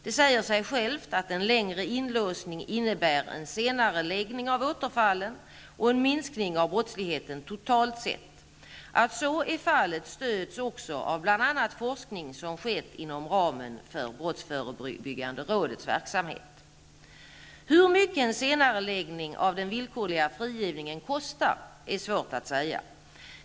Det säger sig självt att en längre inlåsning innebär en senareläggning av återfallen och en minskning av brottsligheten totalt sett. Att så är fallet stöds också av bl.a. forskning som skett inom ramen för brottsförebyggande rådets verksamhet. Hur mycket en senareläggning av den villkorliga frigivningen kostar är svårt att säga.